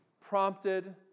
prompted